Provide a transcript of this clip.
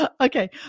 Okay